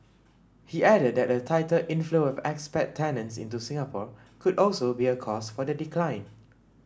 he added that a tighter inflow of expat tenants into Singapore could also be a cause for the decline